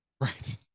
right